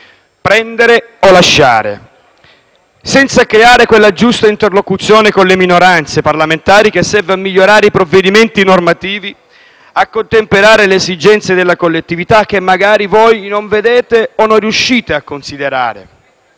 prendere o lasciare, senza creare quella giusta interlocuzione con le minoranze parlamentari che serve a migliorare i provvedimenti normativi, a contemperare le esigenze della collettività, che magari voi non vedete o non riuscite a considerare.